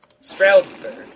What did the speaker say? Stroudsburg